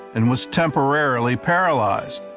and was temporarily paralyzed.